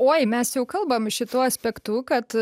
oi mes jau kalbam šituo aspektu kad